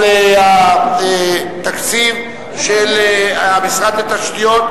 על התקציב של המשרד לתשתיות,